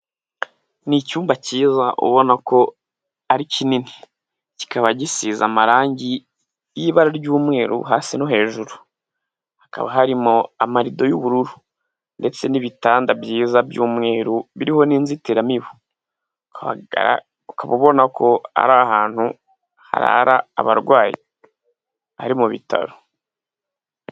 Ni icyumba cyiza ubona ko ari kinini kikaba gisize amarangi y'ibara ry'umweru hasi no hejuru, hakaba harimo amarido y'ubururu ndetse n'ibitanda byiza by'umweru biriho n'inzitiramibu. Ukaba ubona ko ari ahantu harara abarwayi; ari mu bitaro.